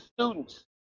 students